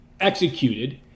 executed